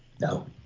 No